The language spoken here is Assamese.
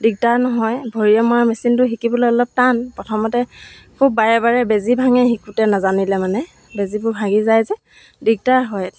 দিগদাৰ নহয় ভৰিৰে মৰা মেচিনটো শিকিবলৈ অলপ টান প্ৰথমতে খুব বাৰে বাৰে বেজী ভাঙে শিকোঁতে নাজানিলে মানে বেজীবোৰ ভাঙি যায় যে দিগদাৰ হয়